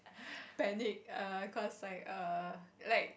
panic err cause like err like